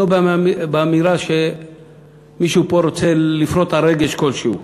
לא באמירה שמישהו פה רוצה לפרוט על רגש כלשהו.